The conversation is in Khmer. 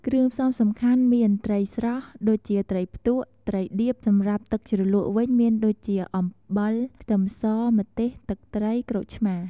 គ្រឿងផ្សំសំខាន់មាន ត្រីស្រស់ ដូចជាត្រីផ្ទក់ ត្រីដៀប សម្រាប់ទឹកជ្រលក់វិញមានដូចជា អំបិល ខ្ទឹមស ម្ទេស ទឹកត្រី ក្រូចឆ្មារ។